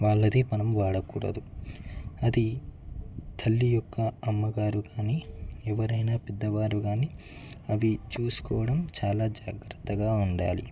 వాళ్ళది మనం వాడకూడదు అది తల్లి యొక్క అమ్మగారు కానీ ఎవరైనా పెద్దవారు కానీ అవి చూసుకోవడం చాలా జాగ్రత్తగా ఉండాలి